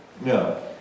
No